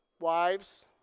wives